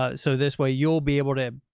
ah so this way you'll be able to,